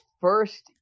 first